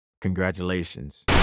congratulations